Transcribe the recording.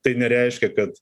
tai nereiškia kad